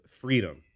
freedom